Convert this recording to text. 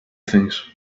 things